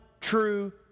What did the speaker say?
true